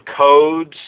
codes